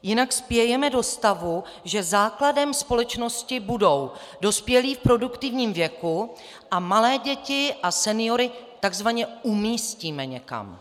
Jinak spějeme do stavu, že základem společnosti budou dospělí v produktivním věku a malé děti a seniory takzvaně umístíme někam.